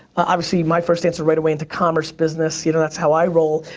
obviously, my first answer right away into commerce, business, you know, that's how i roll.